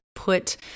put